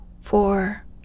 four